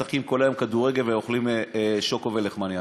משחקים כל היום כדורגל ואוכלים שוקו ולחמנייה,